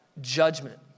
judgment